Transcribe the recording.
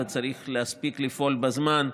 צריך להספיק לפעול בזמן,